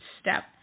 step